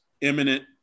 imminent